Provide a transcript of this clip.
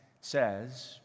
says